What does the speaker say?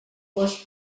dues